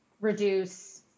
reduce